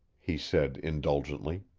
he said indulgently.